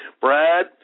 Brad